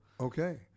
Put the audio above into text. Okay